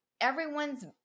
everyone's